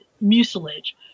mucilage